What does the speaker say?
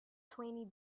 twenty